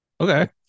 okay